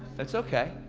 that's okay.